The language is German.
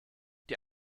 die